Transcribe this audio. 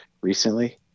recently